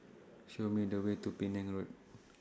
Show Me The Way to Penang Road